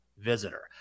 visitor